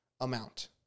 amount